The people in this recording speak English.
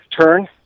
turn